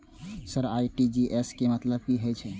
Sir RTGS के मतलब की हे छे?